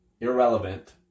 irrelevant